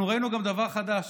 אנחנו ראינו גם דבר חדש.